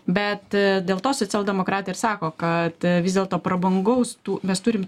bet dėl to socialdemokratai ir sako kad vis dėlto prabangaus mes turim